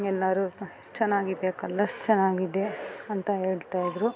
ಎಲ್ಲರೂ ಚೆನ್ನಾಗಿದೆ ಕಲರ್ಸ್ ಚೆನ್ನಾಗಿದೆ ಅಂತ ಹೇಳ್ತಾಯಿದ್ರು